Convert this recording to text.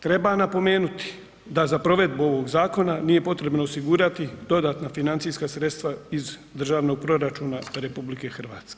Treba napomenuti da za provedbu ovog zakona nije potrebno osigurati dodatna financijska sredstva iz državnog proračuna RH.